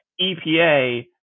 EPA